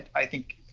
i think,